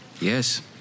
Yes